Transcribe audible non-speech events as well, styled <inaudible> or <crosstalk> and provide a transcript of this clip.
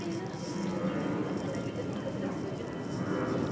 <noise>